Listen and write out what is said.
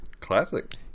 Classic